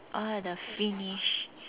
oh the finish